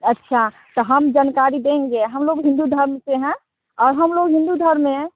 अच्छा तओ हम जनकारी देंगे हम लोग हिंदू धर्म से हैं और हम लोग हिंदू धर्म में